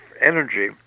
energy